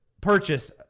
purchase